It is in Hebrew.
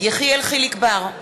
יחיאל חיליק בר,